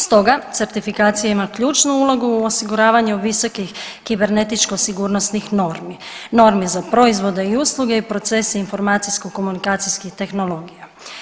Stoga certifikacija ima ključnu ulogu u osiguravanja visokih kibernetičko-sigurnosnih normi, normi za proizvode i usluge i procese informacijsko-komunikacijskih tehnologija.